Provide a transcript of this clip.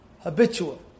Habitual